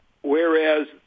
whereas